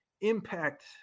impact